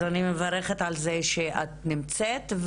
אני מברכת על זה שאת נמצאת,